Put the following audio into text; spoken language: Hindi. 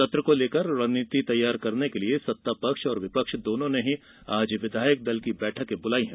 सत्र को लेकर रणनीति तैयार करने के लिये सत्ता पक्ष और विपक्ष दोनों ने ही आज विधायक दल की बैठकें बुलाई हैं